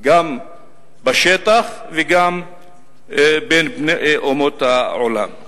גם בשטח וגם בין אומות העולם.